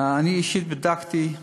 אני אישית בדקתי.